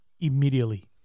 immediately